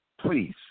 Please